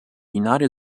united